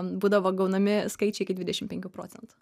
būdavo gaunami skaičiai iki dvidešimt penkių procentų